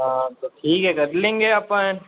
हाँ तो ठीक है तो रख लेंगे अपन